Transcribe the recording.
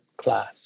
class